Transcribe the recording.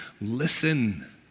listen